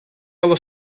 ela